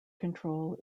control